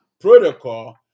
protocol